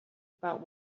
about